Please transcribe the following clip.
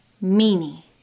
Mini